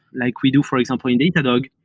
like we do for example in datadog,